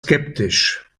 skeptisch